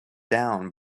down